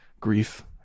grief